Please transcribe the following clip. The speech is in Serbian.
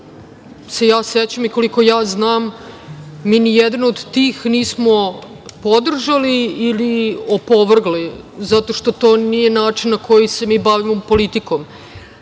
se ja sećam i koliko ja znam, mi ni jednu od tih nismo podržali ili opovrgli, zato što to nije način na koji se mi bavimo politikom.